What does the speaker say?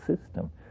system